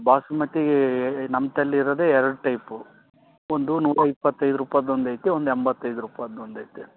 ಬಾಸುಮತಿ ನಮ್ತೆಲ್ ಇರೋದೇ ಎರಡು ಟೈಪು ಒಂದು ನೂರ ಇಪ್ಪತ್ತೈದು ರೂಪಾಯ್ದ್ ಒಂದು ಐತೆ ಒಂದು ಎಂಬತ್ತೈದು ರೂಪಾಯ್ದ್ ಒಂದು ಐತೆ